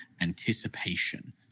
anticipation